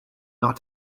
not